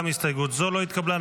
גם הסתייגות זו לא התקבלה.